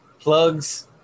Plugs